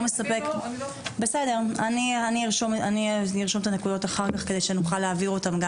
אני ארשום את הנקודות אחר כך כדי שנוכל להעביר אותן.